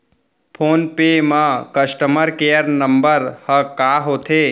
Phone पे म customer care number ह का होथे?